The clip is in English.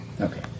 okay